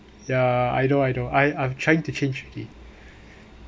ya I know I know I I'm trying to change already